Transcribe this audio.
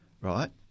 Right